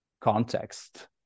context